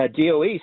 DoE